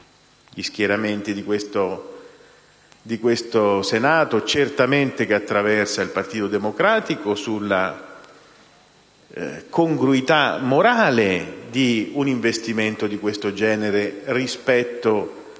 gli schieramenti di questo Senato, e certamente il Partito Democratico, sulla congruità morale di un investimento di questo genere rispetto